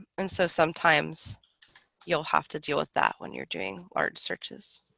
and so sometimes you'll have to deal with that when you're doing large searches